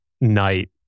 night